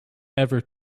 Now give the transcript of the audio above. ever